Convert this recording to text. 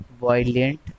violent